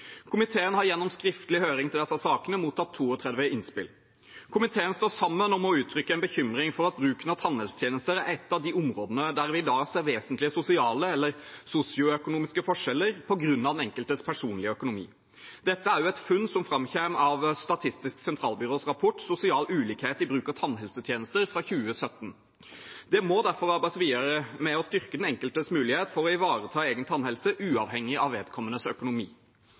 Komiteen har gjennom skriftlig høring til disse sakene mottatt 32 innspill. Komiteen står sammen om å uttrykke en bekymring for at bruken av tannhelsetjenester er et av de områdene der vi i dag ser vesentlige sosiale eller sosioøkonomiske forskjeller på grunn av den enkeltes personlige økonomi. Dette er et funn som framkommer av Statistisk sentralbyrås rapport Sosial ulikhet i bruk av helsetjenester fra 2017. Det må derfor arbeides videre med å styrke den enkeltes mulighet for å ivareta egen tannhelse, uavhengig av vedkommendes økonomi.